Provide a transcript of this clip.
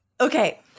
Okay